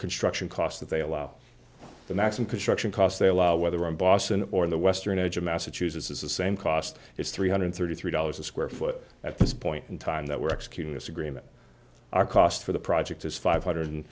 construction costs that they allow the mass and construction costs they allow whether in boston or the western edge of massachusetts is the same cost as three hundred and thirty three dollars a square foot at this point in time that we're executing this agreement our cost for the project is five hundred